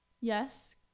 Yes